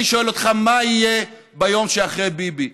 אני שואל אותך: מה יהיה ביום שאחרי ביבי?